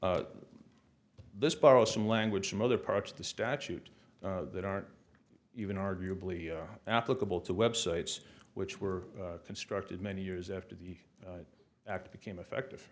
burden this borrow some language from other parts of the statute that aren't even arguably applicable to websites which were constructed many years after the act became effective